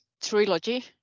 trilogy